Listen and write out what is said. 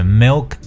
milk